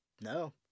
No